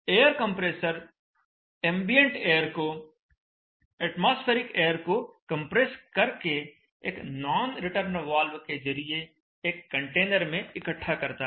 air compressor ambient air को atmospheric air को compress करके एक नॉन रिटर्न वाल्व के जरिए एक कंटेनर में इकट्ठा करता है